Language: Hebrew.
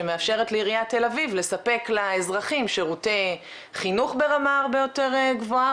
שמאפשרת לעריית תל אביב לספק לאזרחים שרותי חינוך ברמה הרבה יותר גבוה,